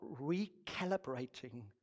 recalibrating